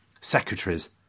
Secretaries